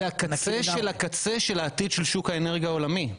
זהו הקצה של הקצה של העתיד של שוק האנרגיה העולמי,